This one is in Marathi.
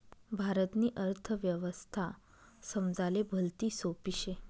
भारतनी अर्थव्यवस्था समजाले भलती सोपी शे